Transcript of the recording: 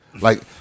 Like-